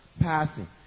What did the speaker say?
passing